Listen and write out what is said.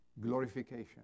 glorification